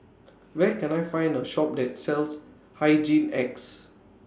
Where Can I Find A Shop that sells Hygin X